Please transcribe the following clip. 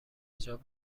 حجاب